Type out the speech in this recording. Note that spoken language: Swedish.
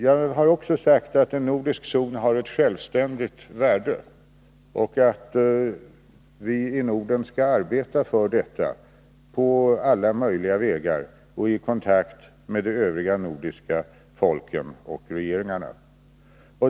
Jag har också sagt att en nordisk zon har ett självständigt värde och att vi skall arbeta för en sådan zon, på alla möjliga vägar och i kontakt med de övriga nordiska folken och regeringarna.